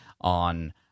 on